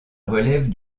relève